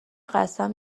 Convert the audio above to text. قسم